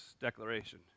declaration